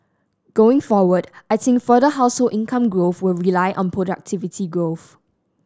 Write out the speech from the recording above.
going forward I think further household income growth will rely on productivity growth